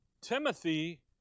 Timothy